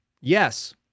yes